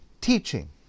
teaching